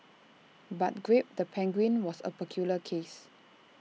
but grape the penguin was A peculiar case